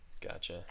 Gotcha